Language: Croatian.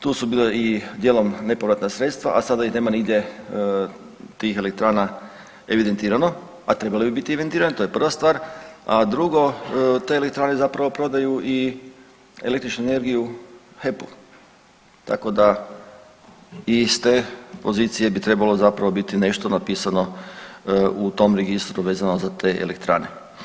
Tu su bile i dijelom nepovratna sredstva, a sada ih nema nigdje tih elektrana evidentirano, a trebale bi biti evidentirane to je prva stvar, a drugo, te elektrane zapravo prodaju i električnu energiju HEP-u, tak da i s te pozicije bi trebalo biti nešto napisano u tom registru vezano za te elektrane.